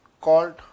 called